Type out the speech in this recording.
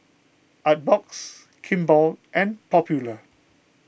Artbox Kimball and Popular